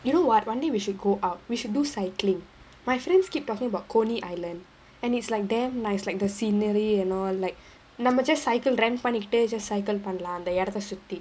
you know what one day we should go out we should do cycling my friends keep talking about coney island and it's like damn nice like the scenery and all like நம்ம:namma just cycle run பண்ணிக்கிட்டு:pannikittu just cycle பண்லா அந்த எடத்த சுத்தி:panlaaandha edatha suthi